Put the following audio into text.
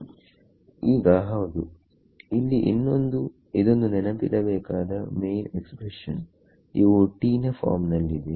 ಈಗಹೌದು ಇಲ್ಲಿ ಇನ್ನೊಂದು ಇದೊಂದು ನೆನಪಿಡಬೇಕಾದ ಮೈನ್ ಎಕ್ಸ್ಪ್ರೆಷನ್ ಇವು T ನ ಫಾರ್ಮ್ ನಲ್ಲಿದೆ